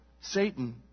Satan